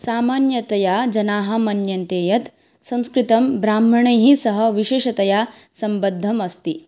सामान्यतया जनाः मन्यन्ते यत् संस्कृतं ब्राह्मणैः सह विशेषतया सम्बद्धमस्ति